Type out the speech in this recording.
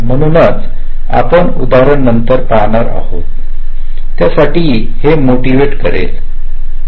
म्हणूनच आपण उदाहरणे नंतर पाहणार आहोत त्यासाठी हे मोटिव्हवेट करेन